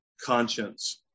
Conscience